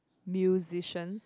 musicians